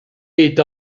est